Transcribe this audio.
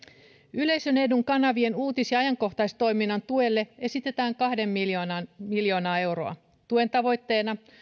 yleisen edun kanavien uutis ja ajankohtaistoiminnan tuelle esitetään kahta miljoonaa euroa tuen tavoitteena